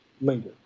linger